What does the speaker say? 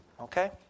okay